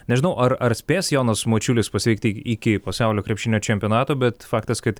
nežinau ar ar spės jonas mačiulis pasveikti iki pasaulio krepšinio čempionato bet faktas kad